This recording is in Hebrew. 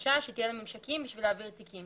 חדשה שתהיה לממשקים כדי להעביר תיקים.